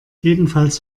jedenfalls